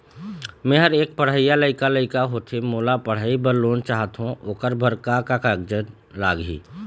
मेहर एक पढ़इया लइका लइका होथे मोला पढ़ई बर लोन चाहथों ओकर बर का का कागज लगही?